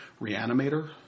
Reanimator